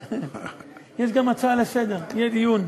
יש גם הצעה לסדר-היום, יהיה דיון.